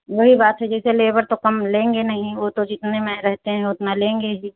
वही बात है जैसे लेबर तो कम लेंगे नहीं वो तो जितने में रहते हैं उतना लेंगे ही